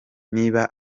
niba